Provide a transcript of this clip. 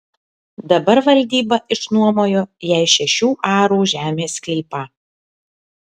dabar valdyba išnuomojo jai šešių arų žemės sklypą